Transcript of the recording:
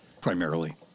primarily